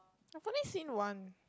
I've only seen one